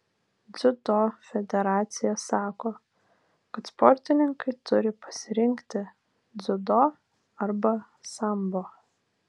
dziudo federacija sako kad sportininkai turi pasirinkti dziudo arba sambo